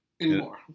anymore